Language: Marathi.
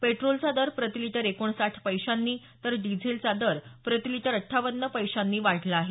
पेट्रोलचा दर प्रतिलीटर एकोणसाठ पैशांनी तर डिझेलचा दर प्रतिलीटर अठ्ठावन्न पैशांनी वाढला आहे